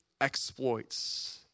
exploits